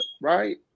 right